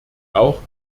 auch